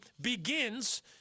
begins